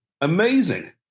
Amazing